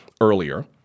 earlier